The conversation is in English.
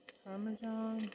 parmesan